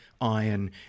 Iron